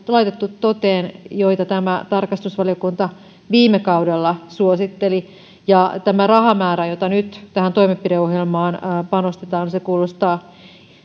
laitettu toteen ja joita tarkastusvaliokunta viime kaudella suositteli tämä rahamäärä jota nyt tähän toimenpideohjelmaan panostetaan kuulostaa